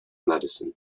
madison